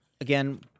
Again